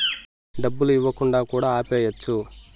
డబ్బులు ఇవ్వకుండా కూడా ఆపేయచ్చు